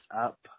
up